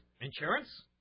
Insurance